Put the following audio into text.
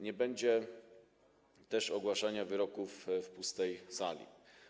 Nie będzie też ogłaszania wyroków w pustej sali.